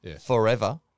forever